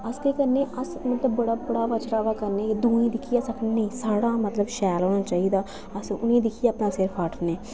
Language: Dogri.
अस केह् करने अस मतलब बड़ा बधा चढ़ा करने दूएं गी दिक्खियै आखने नेईं साढ़ा मतलब शैल होना चाहिदा अस उ'नेंगी दिक्खियै अपना सिर फाड़ने